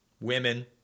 women